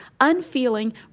unfeeling